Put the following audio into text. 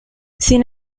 sin